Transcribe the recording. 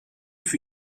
für